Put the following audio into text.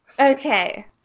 Okay